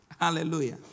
Hallelujah